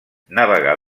navegar